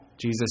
Jesus